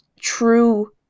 true